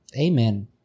Amen